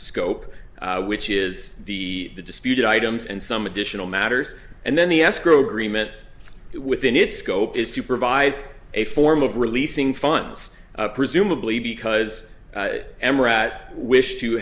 scope which is the disputed items and some additional matters and then the escrow agreement within its scope is to provide a form of releasing funds presumably because m rat wish to